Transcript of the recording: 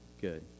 good